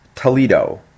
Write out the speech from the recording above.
Toledo